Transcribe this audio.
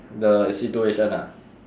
the situation ah